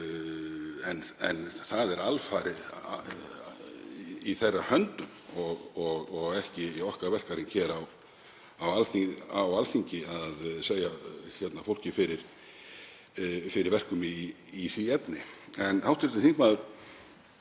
en það er alfarið í þeirra höndum og ekki í verkahring okkar á Alþingi að segja fólki fyrir verkum í því efni. En hv. þingmaður